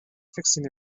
fixing